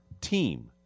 team